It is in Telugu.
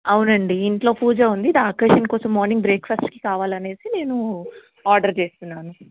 అవునండి ఇంట్లో పూజ ఉంది దాని అకేషన్ కోసం మార్నింగ్ బ్రేక్ఫాస్ట్కి కావలనేసి నేను ఆర్డర్ చేస్తున్నాను